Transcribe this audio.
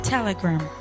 Telegram